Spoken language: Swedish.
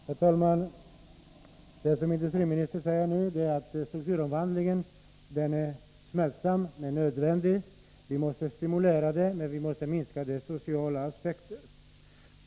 Herr talman! Vad industriministern nu säger är att strukturomvandlingen är smärtsam men nödvändig. Vi måste stimulera den men beakta dess sociala aspekter.